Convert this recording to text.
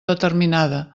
determinada